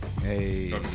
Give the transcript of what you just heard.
Hey